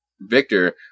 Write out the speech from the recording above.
Victor